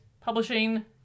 Publishing